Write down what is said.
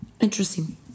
Interesting